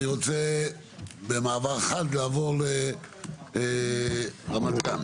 אני רוצה במעבר חד לעבור לרמת גן.